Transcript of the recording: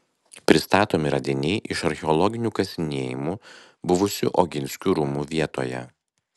pristatomi radiniai iš archeologinių kasinėjimų buvusių oginskių rūmų vietoje